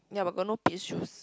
yea but got no peach juice